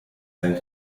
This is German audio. sein